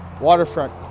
waterfront